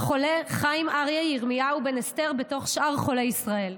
לחולה חיים אריה ירמיהו בן אסתר בתוך שאר חולי ישראל.